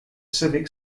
civic